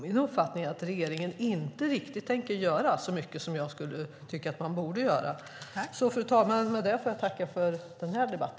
Min uppfattning är att regeringen inte riktigt tänker göra så mycket som jag tycker att man borde göra. Fru talman! Med detta tackar jag för denna debatt.